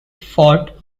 fort